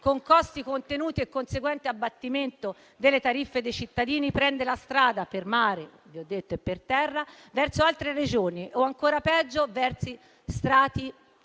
con costi contenuti e conseguente abbattimento delle tariffe per i cittadini, prende la strada per mare e per terra verso altre Regioni o - ancora peggio - verso altri